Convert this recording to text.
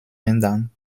ländern